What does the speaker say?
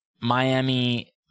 Miami